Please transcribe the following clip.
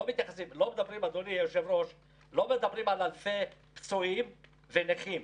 אדוני היושב-ראש, לא מדברים על אלפי פצועים ונכים.